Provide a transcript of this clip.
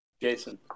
Jason